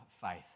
faith